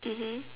mmhmm